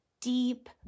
deep